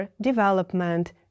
development